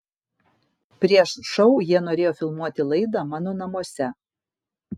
prieš šou jie norėjo filmuoti laidą mano namuose